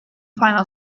final